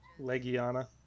Legiana